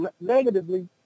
negatively